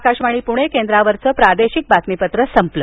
आकाशवाणी पुणे केंद्रावरचं प्रादेशिक बातमीपत्र संपलं